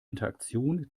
interaktion